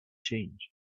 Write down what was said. change